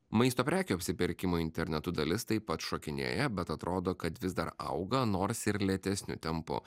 maisto prekių apsipirkimo internetu dalis taip pat šokinėja bet atrodo kad vis dar auga nors ir lėtesniu tempu